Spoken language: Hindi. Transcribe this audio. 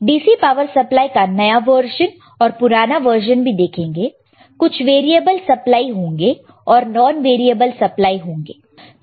DC पावर सप्लाई का नया वर्जन और पुराना वर्जन भी देखेंगे कुछ वेरिएबल सप्लाई होंगे और नॉन वेरिएबल सप्लाई होंगे